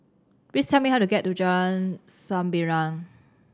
please tell me how to get to Jalan Sembilang